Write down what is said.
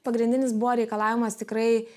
pagrindinis buvo reikalavimas tikrai